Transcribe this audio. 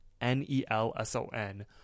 N-E-L-S-O-N